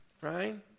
right